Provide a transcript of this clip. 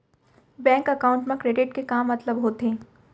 Bank account मा credit के का मतलब होथे?